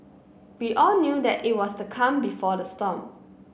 we all knew that it was the calm before the storm